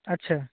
ଆଚ୍ଛା